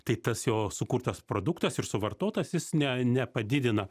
tai tas jo sukurtas produktas ir suvartotas jis ne nepadidina